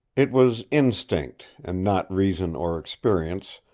it was instinct, and not reason or experience,